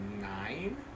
nine